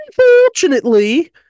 Unfortunately